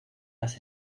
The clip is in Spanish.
las